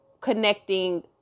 connecting